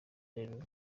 derulo